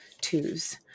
twos